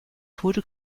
foto